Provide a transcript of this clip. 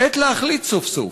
// עת להחליט סוף-סוף: